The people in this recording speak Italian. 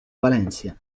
valencia